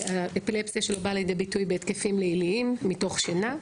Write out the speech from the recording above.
האפילפסיה של הבן שלי באה לידי ביטוי בהתקפים ליליים מתוך שינה,